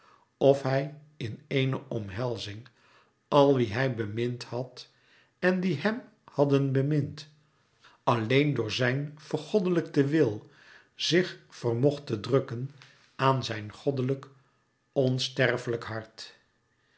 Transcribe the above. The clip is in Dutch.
of hij in eéne omhelzing al wie hij bemind had en die hem hadden bemind alleén door zijn vergoddelijkte wil zich vermocht te drukken aan zijn goddelijk onsterfelijk hart